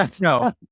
No